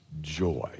joy